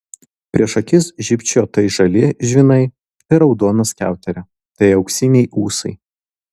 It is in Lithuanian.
prieš akis žybčiojo tai žali žvynai tai raudona skiauterė tai auksiniai ūsai